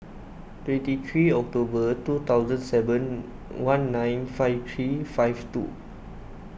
twenty three October two thousand seven one nine five three five two